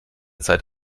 zeit